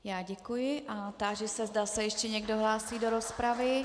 Já děkuji a táži se, zda se ještě někdo hlásí do rozpravy.